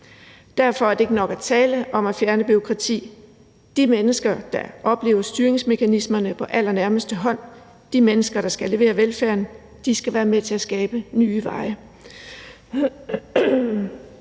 Derfor er det ikke nok at tale om at fjerne bureaukrati. De mennesker, der oplever styringsmekanismerne på allernærmeste hold, de mennesker, der skal levere velfærden, skal være med til at skabe nye veje.